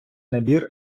набір